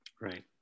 Right